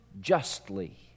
justly